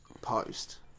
post